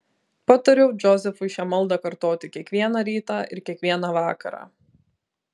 patariau džozefui šią maldą kartoti kiekvieną rytą ir kiekvieną vakarą